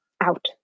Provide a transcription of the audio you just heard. out